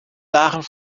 dagen